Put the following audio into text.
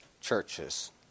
churches